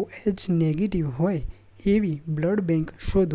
OH negative હોય એવી blood bank શોધો